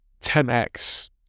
10X